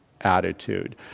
attitude